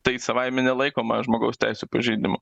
tai savaime nelaikoma žmogaus teisių pažeidimu